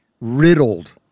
riddled